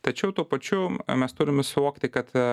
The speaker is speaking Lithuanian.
tačiau tuo pačiu mes turim suvokti kad